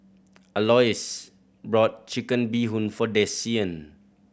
Alois brought Chicken Bee Hoon for Desean